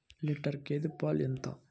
Litre గేదె పాలు ఎంత?